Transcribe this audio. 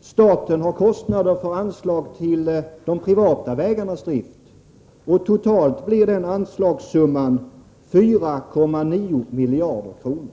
Staten har kostnader för anslag till de privata vägarnas drift. Totalt blir anslagssumman 4,9 miljarder kronor.